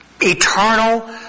Eternal